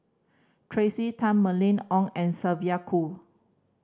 Tracey Tan Mylene Ong and Sylvia Kho